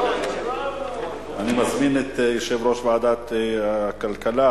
אני מזמין את יושב-ראש ועדת הכלכלה,